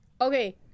Okay